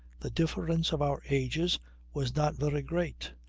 the difference of our ages was not very great.